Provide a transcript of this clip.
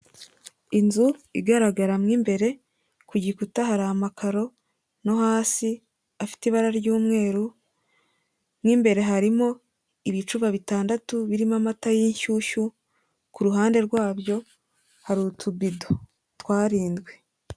Inzu igaragara mu imbere ku gikuta hari amakaro, no hasi afite ibara ry'umweru, mu imbere harimo ibicuba bitandatu birimo amata y'inshyushyu, kuruhande rwabyo hari utubido twarindwi.